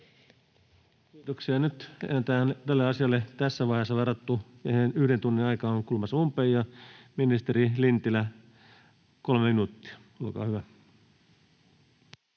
Kiitoksia. — Nyt tälle asialle tässä vaiheessa varattu yhden tunnin aika on kulumassa umpeen. — Ministeri Lintilä, 3 minuuttia, olkaa hyvä.